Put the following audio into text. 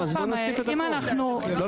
אם אנחנו רוצים --- לא,